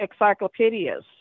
encyclopedias